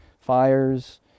fires